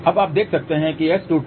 अब आप देख सकते हैं कि S22 ≅ S32